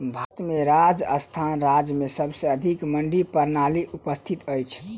भारत में राजस्थान राज्य में सबसे अधिक मंडी प्रणाली उपस्थित अछि